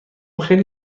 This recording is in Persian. خیلی